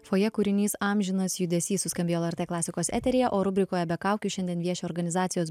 fojė kūrinys amžinas judesys suskambėjo lrt klasikos eteryje o rubrikoje be kaukių šiandien vieši organizacijos